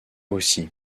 aussi